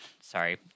sorry